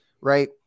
right